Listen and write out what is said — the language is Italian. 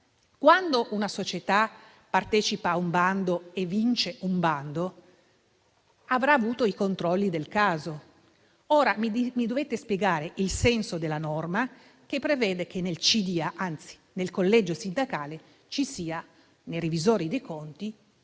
quando una società partecipa e vince un bando, avrà avuto i controlli del caso. Ora, mi dovete spiegare il senso della norma che prevede che nel collegio sindacale dei revisori dei conti,